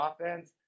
offense